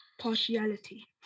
partiality